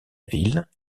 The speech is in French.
ville